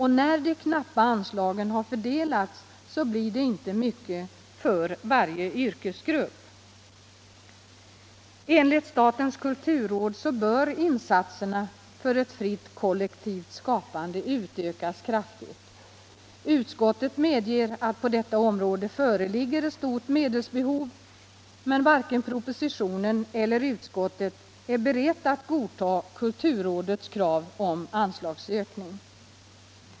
När de knappa anslagen har fördelats blir det inte mycket för varje yrkesgrupp. Enligt statens kulturråd bör insatserna för ett fritt kollektivt skapande utökas kraftigt. Utskottet medger att det på detta område föreligger ett stort medelsbehov, men varken propositionen eller utskottsmajoriteten är beredd att godta kulturrådets krav på anslagsökning.